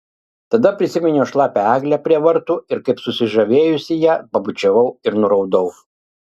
tada prisiminiau šlapią eglę prie vartų ir kaip susižavėjusi ją pabučiavau ir nuraudau